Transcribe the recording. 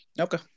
Okay